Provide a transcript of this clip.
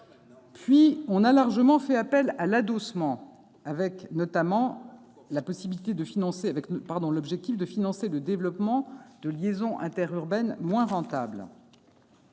Puis on a largement fait appel à l'adossement, notamment afin de financer le développement de liaisons interurbaines moins rentables.